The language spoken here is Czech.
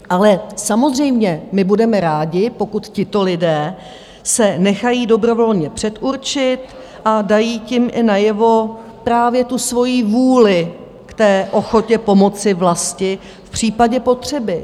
Ale samozřejmě, my budeme rádi, pokud tito lidé se nechají dobrovolně předurčit a dají tím i najevo právě tu svoji vůli k ochotě pomoci vlasti v případě potřeby.